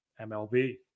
MLB